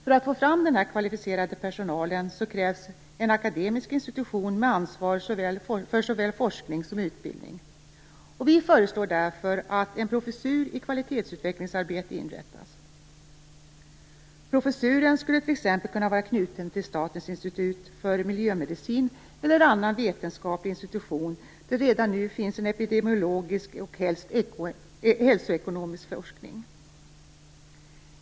För att få fram denna kvalificerade personal krävs en akademisk institution med ansvar för såväl forskning som utbildning. Vi föreslår därför att en professur i kvalitetsutvecklingsarbete inrättas. Professuren skulle t.ex. kunna vara knuten till Statens institut för miljömedicin eller annan vetenskaplig institution där det redan nu finns epidemiologisk och helst hälsoekonomisk forskning.